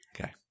Okay